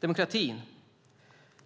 Demokratin,